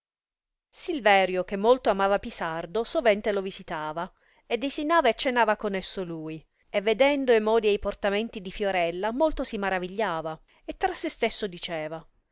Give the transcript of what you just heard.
silverio che molto amava pisardo sovente lo visitava e desinava e cenava con esso lui e vedendo e modi e i portamenti di fiorella molto si maravigliava e tra se stesso diceva